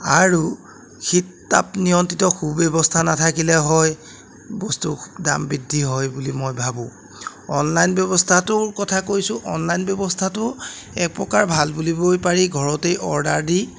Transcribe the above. আৰু শীত তাপ নিয়ন্ত্ৰিত সু ব্যৱস্থা নাথাকিলে হয় বস্তু দাম বৃদ্ধি হয় বুলি মই ভাবোঁ অনলাইন ব্যৱস্থাটোৰ কথা কৈছোঁ অনলাইন ব্যৱস্থাটো একপ্ৰকাৰ ভাল বুলিবই পাৰি ঘৰতেই অৰ্ডাৰ দি